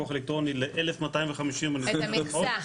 ל-1,250 --- את המכסה.